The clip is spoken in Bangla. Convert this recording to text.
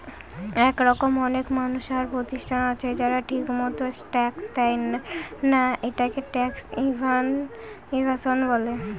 এরকম অনেক মানুষ আর প্রতিষ্ঠান আছে যারা ঠিকমত ট্যাক্স দেয়না, এটাকে ট্যাক্স এভাসন বলে